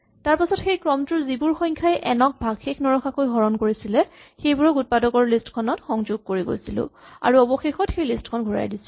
তাৰপাছত সেই ক্ৰমটোৰ যিবোৰ সংখ্যাই এন ক ভাগশেষ নৰখাকৈ হৰণ কৰিছিলে সেইবোৰক উৎপাদকৰ লিষ্ট খনত সংযোগ কৰি গৈছিলো আৰু অৱশেষত সেই লিষ্ট খন ঘূৰাই দিছিলো